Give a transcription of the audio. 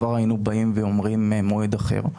כבר היינו באים ואומרים מועד אחר.